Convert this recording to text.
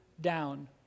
down